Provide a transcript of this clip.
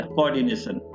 Coordination